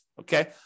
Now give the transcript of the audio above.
Okay